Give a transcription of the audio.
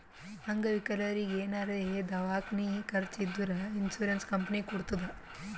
ಅಂಗವಿಕಲರಿಗಿ ಏನಾರೇ ದವ್ಕಾನಿ ಖರ್ಚ್ ಇದ್ದೂರ್ ಇನ್ಸೂರೆನ್ಸ್ ಕಂಪನಿ ಕೊಡ್ತುದ್